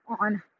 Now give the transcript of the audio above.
on